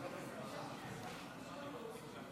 תוצאות ההצבעה: